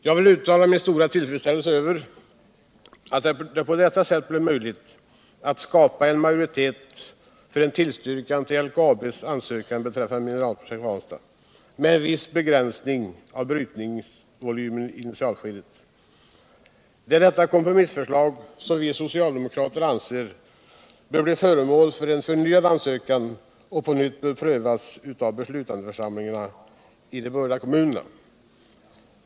Jag vill uttala min stora tillfredsställelse över att det på detta sätt blev möjligt att skapa en majoritet för en tillstyrkan av LKAB:s ansökan beträffande Mineralprojekt Ranstad. med viss begränsning av brytningsvolymen i initialskedet. Detta kompromissförslag anser vi socialdemokrater bör bli föremål för en förnyad unsökan och på nytt prövas av beslutandeförsamlingarna i de berörda kommunerna.